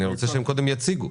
אני רוצה שהם קודם יציגו.